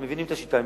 הם מבינים את השיטה,